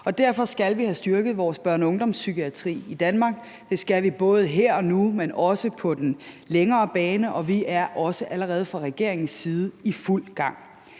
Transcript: Derfor skal vi have styrket vores børne- og ungdomspsykiatri i Danmark. Det skal vi både her og nu, men også på den længere bane, og vi er fra regeringens side også